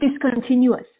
discontinuous